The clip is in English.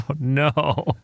no